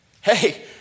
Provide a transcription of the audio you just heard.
Hey